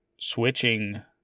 switching